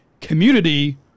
community